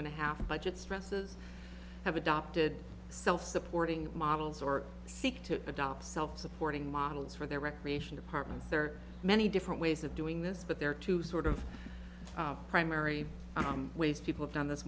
and a half budget stresses have adopted self supporting models or seek to adopt self supporting models for their recreation apartments there are many different ways of doing this but there are two sort of primary ways people have done this